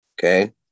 Okay